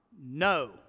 No